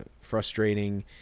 frustrating